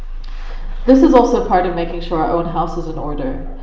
this is also part of making sure our own house is an order.